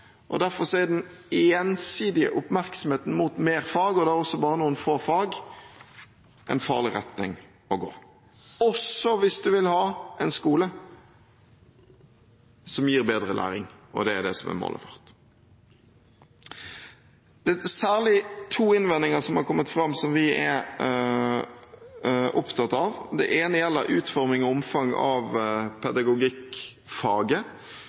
og derfor er den ensidige oppmerksomheten mot mer fag, og det er også bare noen få fag, en farlig retning å gå, også hvis du vil ha en skole som gir bedre læring, og det er det som er målet vårt. Det er særlig to innvendinger som har kommet fram, som vi er opptatt av. Den ene gjelder utforming og omfang av